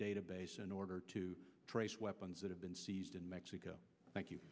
database in order to trace weapons that have been seized in mexico thank you